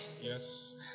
Yes